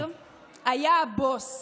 בן גביר היה הבוס.